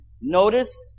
Notice